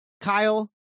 Kyle